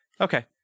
Okay